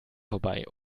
vorbei